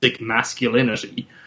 masculinity